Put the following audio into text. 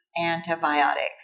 Antibiotics